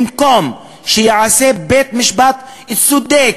במקום שייעשה משפט צדק,